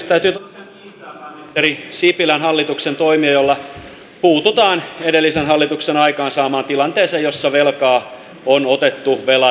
täytyy tosiaan kiittää pääministeri sipilän hallituksen toimia joilla puututaan edellisen hallituksen aikaansaamaan tilanteeseen jossa velkaa on otettu velan päälle